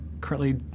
currently